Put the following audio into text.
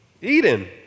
Eden